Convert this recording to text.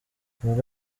muri